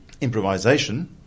improvisation